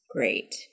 Great